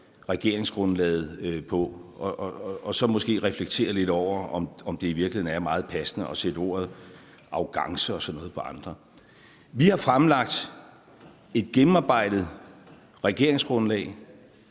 regeringsgrundlaget på, og så måske reflektere lidt over, om det i virkeligheden er meget passende at sætte ordet arrogance og sådan noget på andre. Vi har fremlagt et gennemarbejdet regeringsgrundlag,